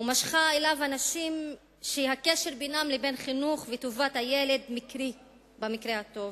ומשכה אליו אנשים שהקשר בינם לבין חינוך וטובת הילד מקרי במקרה הטוב.